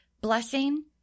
blessing